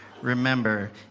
Remember